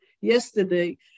yesterday